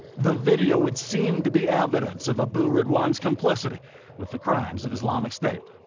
the video would seem to be evidence of abu ridwan's complicity with the crimes of islamic state.